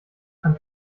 kann